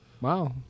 wow